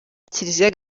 kiliziya